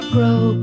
Grow